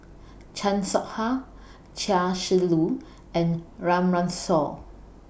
Chan Soh Ha Chia Shi Lu and Run Run Shaw